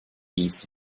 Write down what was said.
east